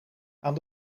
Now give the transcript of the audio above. aan